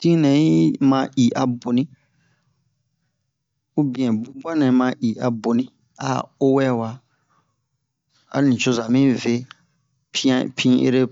tin nɛ yi ma i a boni ubiyɛn bobuwa nɛ ma i a boni a o wɛwa a nucoza mi vɛ piyan pin ere